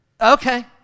Okay